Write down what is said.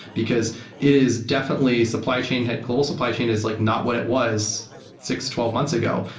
because it is definitely supply chain global supply chain is like not what it was six, twelve months ago,